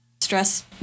stress